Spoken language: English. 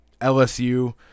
LSU